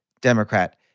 democrat